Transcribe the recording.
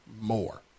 more